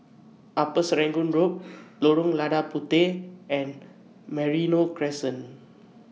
Upper Serangoon Road Lorong Lada Puteh and Merino Crescent